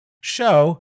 show